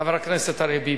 חבר הכנסת אריה ביבי.